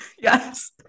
Yes